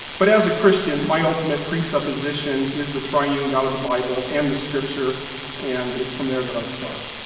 but as a christian, my ultimate presupposition is the triune god of the bible and the scripture and it's from there that i start.